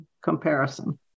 comparison